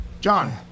John